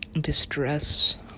distress